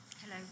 Hello